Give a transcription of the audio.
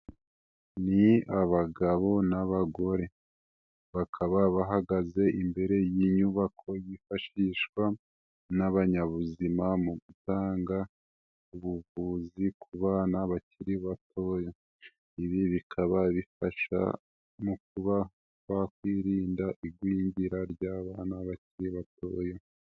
Ni abagabo n'abagore bakaba bahagaze imbere y'inyubako yifashishwa n'abanyabuzima mu gutanga ubuvuzi ku bana bakiri bato, ibi bikaba bifasha mu kuba wakwirinda igwingira ry'abana bakiri batoya.